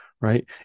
right